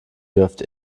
wirft